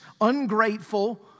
ungrateful